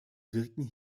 wirken